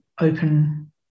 open